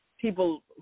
people